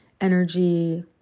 energy